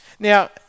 Now